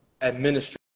administrative